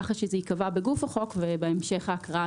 כך שזה ייקבע בגוף החוק ובהמשך ההקראה